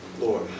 Lord